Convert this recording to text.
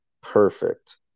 perfect